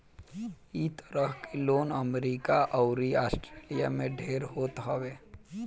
इ तरह के लोन अमेरिका अउरी आस्ट्रेलिया में ढेर होत हवे